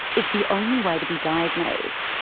it's the only way to be diagnosed.